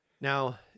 Now